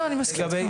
אני מסכים איתך.